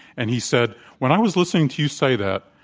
and he said, when i was listening to you say that,